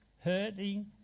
hurting